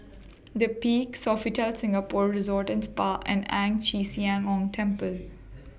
The Peak Sofitel Singapore Resort and Spa and Ang Chee Sia Ong Temple